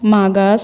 मागास